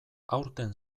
aurten